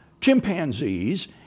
chimpanzees